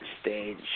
stage